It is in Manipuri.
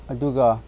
ꯑꯗꯨꯒ